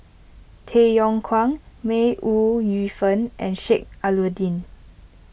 Tay Yong Kwang May Ooi Yu Fen and Sheik Alau'ddin